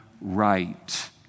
right